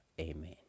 Amen